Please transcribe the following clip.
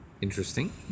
Interesting